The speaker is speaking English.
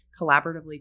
collaboratively